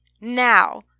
Now